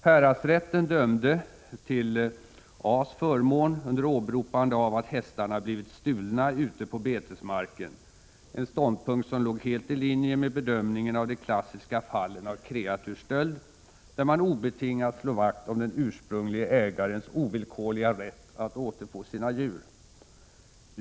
Häradsrätten dömde till A:s förmån under åberopande av att hästarna blivit stulna ute på betesmarken — en ståndpunkt som låg helt i linje med bedömningen av de klassiska fallen av kreatursstöld, där man obetingat slog vakt om den ursprunglige ägarens ovillkorliga rätt att återfå sina djur.